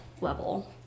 level